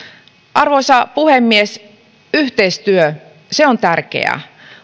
arvoisa puhemies yhteistyö on tärkeää